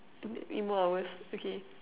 emo hours okay